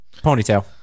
Ponytail